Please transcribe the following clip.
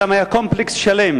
שם היה קומפלקס שלם.